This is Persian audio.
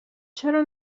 چرا